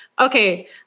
okay